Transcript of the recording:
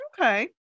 Okay